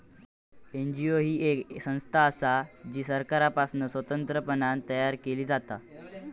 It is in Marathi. एन.जी.ओ ही येक संस्था असा जी सरकारपासना स्वतंत्रपणान तयार केली जाता